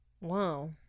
Wow